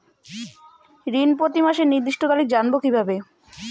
ঋণ প্রতিমাসের নির্দিষ্ট তারিখ জানবো কিভাবে?